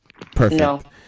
Perfect